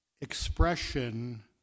expression